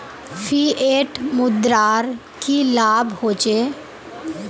Fiat मुद्रार की लाभ होचे?